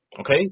Okay